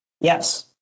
Yes